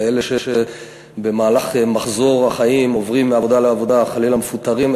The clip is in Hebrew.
כאלה שבמהלך מחזור החיים עוברים מעבודה לעבודה או חלילה מפוטרים,